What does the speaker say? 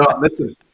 Listen